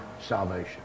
salvation